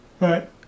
Right